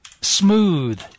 smooth